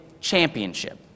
championship